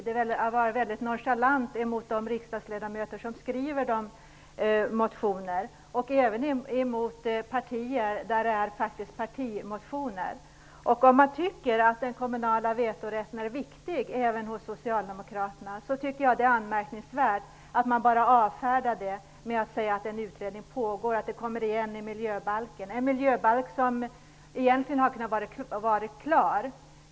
Det är att vara mycket nonchalant mot de riksdagsledamöter som skriver motioner och även mot de partier som väckt partimotioner. Om man även hos socialdemokraterna tycker att den kommunala vetorätten är viktig, tycker jag att det är anmärkningsvärt att man bara avfärdar detta med att säga att en utredning pågår och att frågan kommer igen i miljöbalken, en miljöbalk som egentligen kunde ha varit klar.